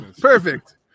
Perfect